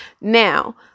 Now